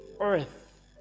earth